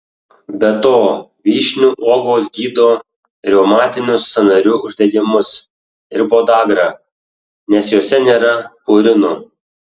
be to vyšnių uogos gydo reumatinius sąnarių uždegimus ir podagrą nes jose nėra purinų